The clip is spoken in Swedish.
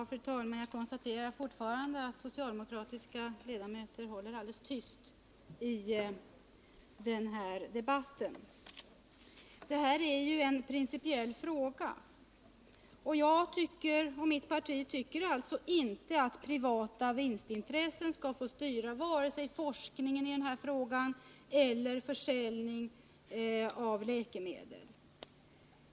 Fru talman! Jag konstaterar fortfarande att socialdemokratiska ledamöter håller alldeles tyst i den här debatten. Detta är en principiell fråga, och jag och mitt parti tycker inte att privata vinstintressen skall få styra vare sig forskningen på detta område eller försäljningen av läkemedel.